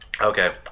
Okay